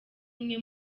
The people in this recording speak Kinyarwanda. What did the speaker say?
imwe